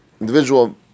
individual